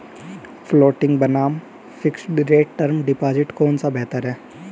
Floating बनाम fixed rate term deposit कौन सा बेहतर है?